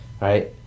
right